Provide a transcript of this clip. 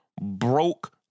broke